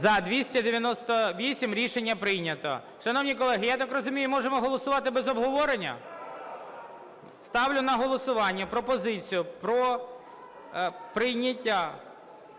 За-298 Рішення прийнято. Шановні колеги, я так розумію, можемо голосувати без обговорення? Ставлю на голосування пропозицію про прийняття…